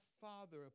Father